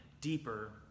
deeper